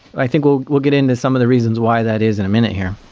i think we'll we'll get in to some of the reasons why that is in a minute here.